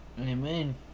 Amen